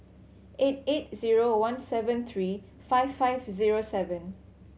eight eight zero one seven three five five zero seven